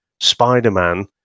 spider-man